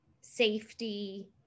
safety